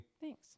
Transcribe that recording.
Thanks